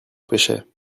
pêchait